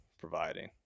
providing